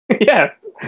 Yes